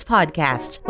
Podcast